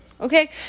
Okay